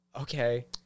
Okay